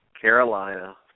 Carolina